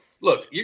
look